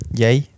yay